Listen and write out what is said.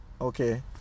okay